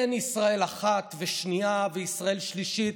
אין ישראל אחת וישראל שנייה וישראל שלישית,